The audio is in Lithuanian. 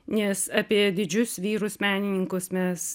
nes apie didžius vyrus menininkus mes